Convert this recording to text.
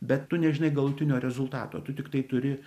bet tu nežinai galutinio rezultato tu tiktai turi